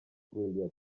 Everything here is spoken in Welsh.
gwyliau